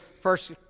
first